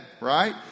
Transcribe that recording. right